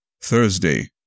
Thursday